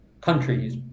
countries